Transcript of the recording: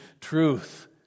truth